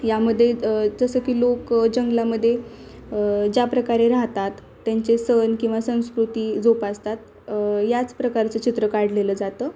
यामध्ये जसं की लोक जंगलामध्ये ज्याप्रकारे राहतात त्यांचे सण किंवा संस्कृती जोपासतात याच प्रकारचं चित्र काढलेलं जातं